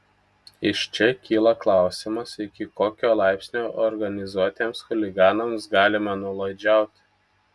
iš čia kyla klausimas iki kokio laipsnio organizuotiems chuliganams galima nuolaidžiauti